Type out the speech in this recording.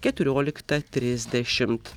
keturioliktą trisdešimt